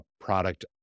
product